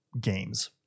games